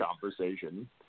conversation